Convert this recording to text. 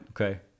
Okay